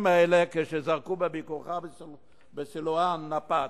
האלה כשזרקו בביקורך בסילואן נפץ.